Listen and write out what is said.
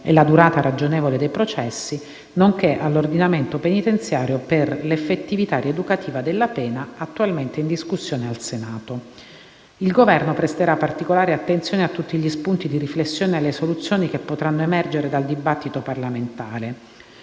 e la durata ragionevole dei processi, nonché all'ordinamento penitenziario per l'effettività rieducativa della pena», attualmente in discussione al Senato. Il Governo presterà particolare attenzione a tutti gli spunti di riflessione ed alle soluzioni che potranno emergere dal dibattito parlamentare.